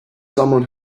someone